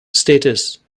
status